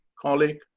colleague